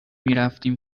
میرفتیم